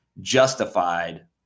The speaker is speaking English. justified